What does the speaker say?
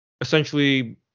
essentially